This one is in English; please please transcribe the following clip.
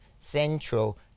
central